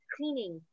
Cleaning